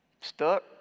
stuck